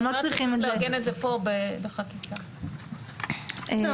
אתם לא צריכים את זה --- לא,